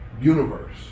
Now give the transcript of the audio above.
universe